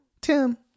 Tim